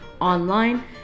online